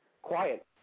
Quiet